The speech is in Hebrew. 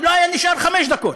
הוא לא היה נשאר חמש דקות.